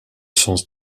sens